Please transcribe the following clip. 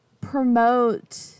promote